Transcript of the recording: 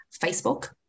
Facebook